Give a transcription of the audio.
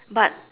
but